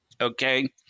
Okay